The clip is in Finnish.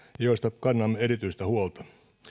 joista kannamme erityistä huolta